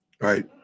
right